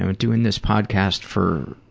and doing this podcast for